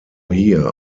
hier